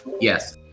Yes